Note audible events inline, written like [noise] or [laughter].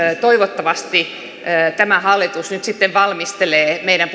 toivottavasti tämä hallitus sitten valmistelee meidän [unintelligible]